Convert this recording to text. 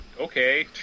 okay